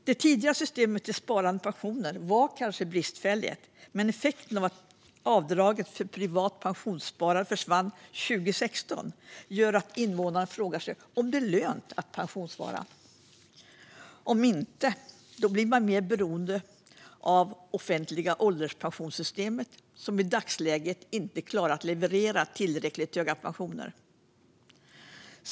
Det tidigare systemet för sparande till pension var kanske bristfälligt, men effekten av att avdraget för privat pensionssparande försvann 2016 gör att invånarna frågar sig om det är lönt att pensionsspara. Om inte blir man mer beroende av det offentliga ålderspensionssystemet, som i dagsläget inte klarar att leverera tillräckligt höga pensioner.